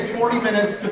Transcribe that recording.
forty minutes.